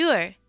Sure